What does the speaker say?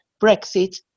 brexit